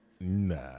nah